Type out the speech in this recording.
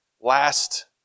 last